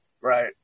Right